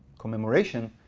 commemoration,